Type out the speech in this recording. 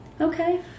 Okay